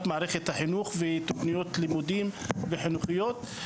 מערכת החינוך ותוכניות לימודים וחינוכיות,